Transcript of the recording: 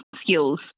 skills